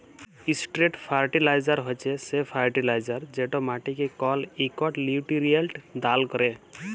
straight fertiliser হছে সে fertiliser যেট মাটিকে কল ইকট লিউটিরিয়েল্ট দাল ক্যরে